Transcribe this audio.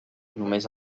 només